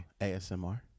ASMR